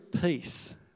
peace